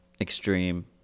extreme